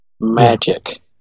magic